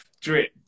drip